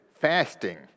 fasting